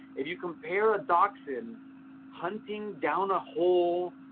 if you compare a dachsund hunting down a hole,